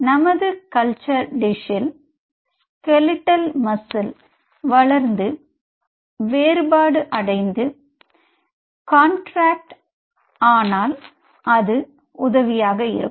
நமது கல்ச்சர் டிஷ்இல் ஸ்கெலெட்டால் மாஸிலே வளர்ந்து வேறுபாடடைந்து கான்ட்ராக்ட் ஆனால் அது உதவியாக இருக்கும்